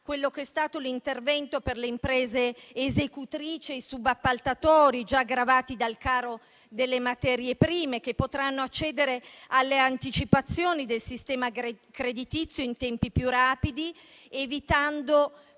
C'è stato l'intervento per le imprese esecutrici e i subappaltatori, già gravati dal caro delle materie prime, che potranno accedere alle anticipazioni del sistema creditizio in tempi più rapidi, evitando